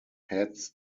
heads